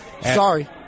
sorry